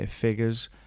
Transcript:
figures